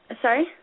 Sorry